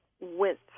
went